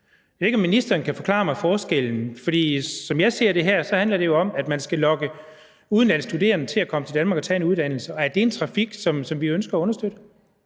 Jeg ved ikke, om ministeren kan forklare mig forskellen, for som jeg ser det her, handler det her om, at man skal lokke udenlandske studerende til Danmark og tage en uddannelse, og er det en trafik, som vi ønsker at understøtte?